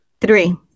Three